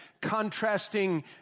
contrasting